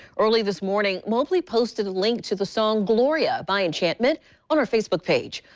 early this morning mobley posted a link to the song gloria by enchantment on her facebook page.